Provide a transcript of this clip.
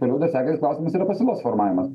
toliau dar sekantis klausimas yra pasiūlos formavimas